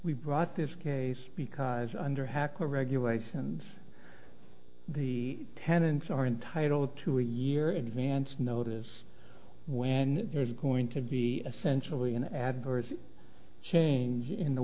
we brought this case because under hackler regulations the tenants are entitled to a year in advance notice when there's going to be essentially an adverse change in the